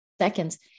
seconds